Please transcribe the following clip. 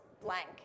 blank